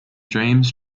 james